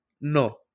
no